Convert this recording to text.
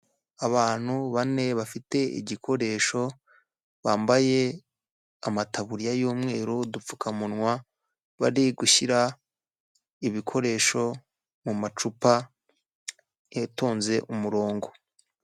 Abantu bane bafite igikoresho, bambaye amataburiya y'umweru, udupfukamunwa, bari gushyira ibikoresho mu macupa yatonze umurongo.